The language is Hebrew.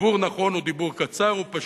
דיבור נכון הוא דיבור קצר ופשוט.